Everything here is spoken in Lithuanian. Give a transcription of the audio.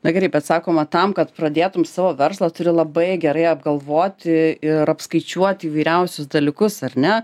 na gerai bet sakoma tam kad pradėtum savo verslą turi labai gerai apgalvoti ir apskaičiuoti įvairiausius dalykus ar ne